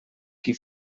qui